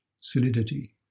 solidity